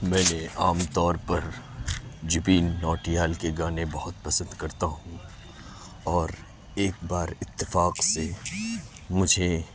میں نے عام طور پر جبین نوٹیال کے گانے بہت پسند کرتا ہوں اور ایک بار اتفاق سے مجھے